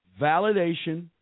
validation